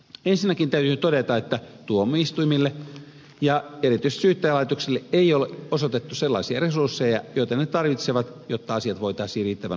ensinnäkin täytyy todeta että tuomioistuimille ja erityisesti syyttäjälaitoksille ei ole osoitettu sellaisia resursseja joita ne tarvitsevat jotta asiat voitaisiin riittävän nopeasti käsitellä